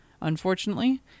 Unfortunately